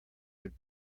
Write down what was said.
would